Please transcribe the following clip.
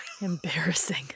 Embarrassing